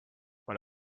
what